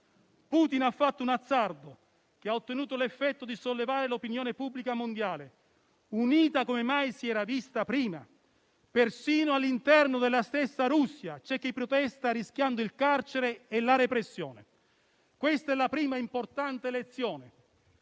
Putin ha fatto un azzardo che ha ottenuto l'effetto di sollevare l'opinione pubblica mondiale, unita come mai si era vista prima. Persino all'interno della stessa Russia c'è chi protesta rischiando il carcere e la repressione. Questa è la prima importante lezione,